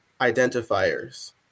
identifiers